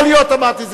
יכול להיות, אמרתי.